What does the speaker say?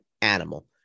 animal